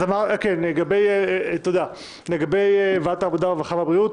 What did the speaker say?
לגבי ועדת העבודה, הרווחה והבריאות